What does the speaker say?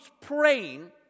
praying